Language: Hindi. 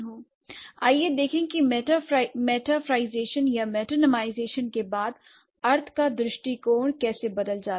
आइए देखें कि मेटाफ्राईजेशन या मेटानीमाईजैशन के बाद अर्थ का दृष्टिकोण कैसे बदल गया